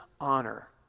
honor